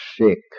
sick